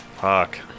fuck